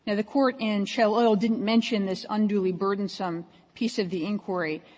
and the court in shell oil didn't mention this unduly burdensome piece of the inquiry,